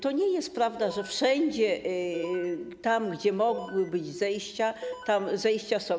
To nie jest prawda, że wszędzie tam, gdzie mogły być zejścia, tam zejścia są.